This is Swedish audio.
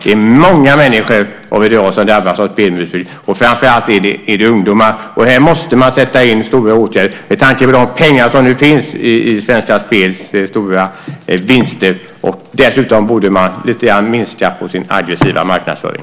Det är många människor som drabbas av spelmissbruk. Det är framför allt ungdomar. Här måste man vidta stora åtgärder med tanke på Svenska Spels stora vinster. Dessutom borde man lite grann minska på sin aggressiva marknadsföring.